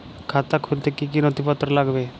খাতা খুলতে কি কি নথিপত্র লাগবে?